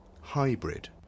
hybrid